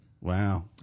Wow